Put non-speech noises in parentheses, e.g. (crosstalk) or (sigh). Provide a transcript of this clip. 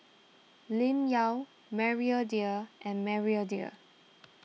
Lim Yau Maria Dyer and Maria Dyer (noise)